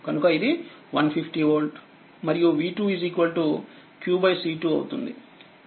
కాబట్టిఇది100వోల్ట్ ఉంటుంది